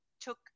took